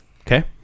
Okay